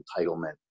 entitlement